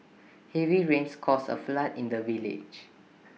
heavy rains caused A flood in the village